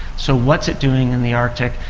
so what is it doing in the arctic?